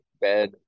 bed